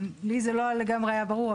לי זה לא היה לגמרי ברור,